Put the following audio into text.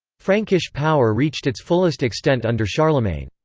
frankish power reached its fullest extent under charlemagne.